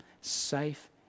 safe